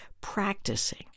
practicing